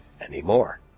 anymore